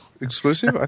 exclusive